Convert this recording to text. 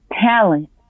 talent